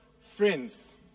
Friends